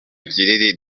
kinini